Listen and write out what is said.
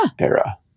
era